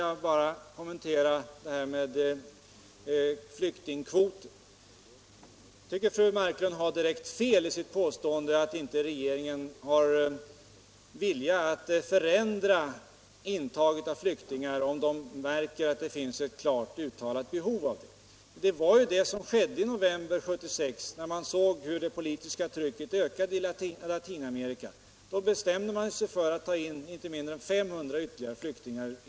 Jag tycker att fru Marklund här direkt fel i sitt påstående att regeringen inte har viljan att förändra intaget av flyktingar om den märker att det finns ett klart uttalat behov. Det var ju vad som skedde i november 1976, när det politiska trycket ökade i Latinamerika. Då bestämde regeringen sig för att ta in ytterligare 500 flyktingar.